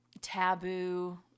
taboo